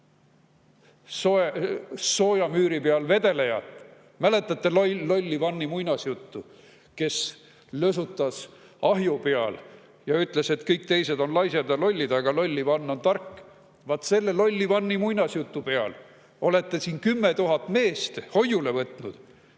soojamüüri peal vedelejat! Mäletate Loll-Ivani muinasjuttu? Lösutas ahju peal ja ütles, et kõik teised on laisad ja lollid, aga Loll-Ivan on tark. Vaat selle Loll-Ivani muinasjutu peal olete siin 10 000 meest hoiule võtnud